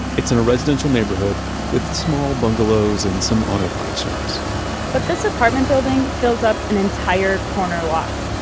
it's in a residential neighborhood with small bungalows and some auto body shops but this apartment building fills up an entire corner lot.